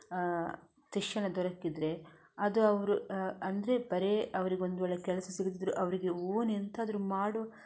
ಶಿಕ್ಷಣ ದೊರಕಿದರೆ ಅದು ಅವರು ಅಂದರೆ ಬರೀ ಅವರಿಗೊಂದು ವೇಳೆ ಕೆಲಸ ಸಿಗದಿದ್ದರೂ ಅವರಿಗೆ ಓನ್ ಎಂಥಾದರೂ ಮಾಡೋ